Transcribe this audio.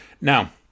now